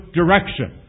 direction